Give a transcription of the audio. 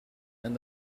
and